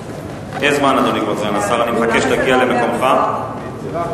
ההצעה להעביר את הצעת חוק ביטוח בריאות ממלכתי (תיקון,